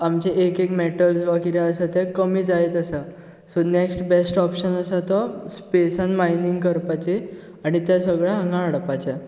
आमचे एक एक मॅटल्स वा कितें आसा तें कमी जायत आसा सो नॅक्स्ट बॅस्ट ऑपशन आसा तो स्पेसान मायनींग करपाचें आणी तें सगळें हांगा हाडपाचें